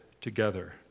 together